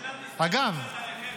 אגב,